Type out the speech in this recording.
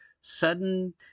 sudden